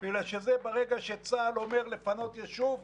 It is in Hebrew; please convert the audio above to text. כי ברגע שצה"ל אומר לפנות יישוב,